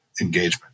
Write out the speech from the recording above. engagement